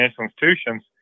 institutions